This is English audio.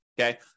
okay